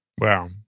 Wow